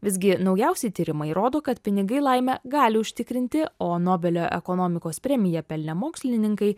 visgi naujausi tyrimai rodo kad pinigai laimę gali užtikrinti o nobelio ekonomikos premiją pelnę mokslininkai